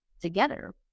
together